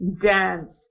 Dance